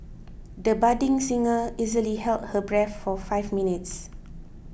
the budding singer easily held her breath for five minutes